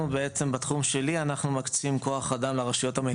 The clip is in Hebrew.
בתחום שלי אנחנו מקצים כוח אדם לרשויות המקומיות.